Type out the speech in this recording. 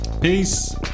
peace